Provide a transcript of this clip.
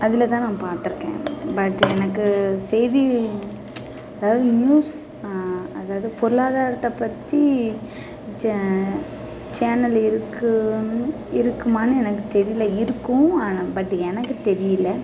அதில் தான் நான் பார்த்துருக்கேன் பட் எனக்கு செய்தி அதாவது நியூஸ் அதாவது பொருளாதாரத்தை பற்றி சே சேனல் இருக்குனு இருக்குமான்னு எனக்கு தெரியல இருக்கும் ஆனால் பட்டு எனக்கு தெரியல